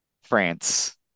France